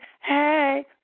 Hey